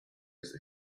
its